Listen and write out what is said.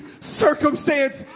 circumstance